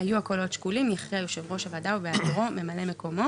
היו הקולות שקולים יכריע יושב ראש הוועדה ובהיעדרו ממלא מקומו.